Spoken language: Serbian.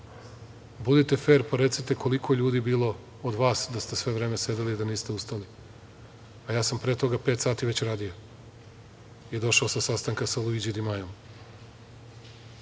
budite fer i recite koliko je ljudi bilo od vas da ste sve vreme sedeli i da niste ustali, a ja sam pre toga radio pet sati već i došao sa sastanka sa Luiđijem Dimajom. To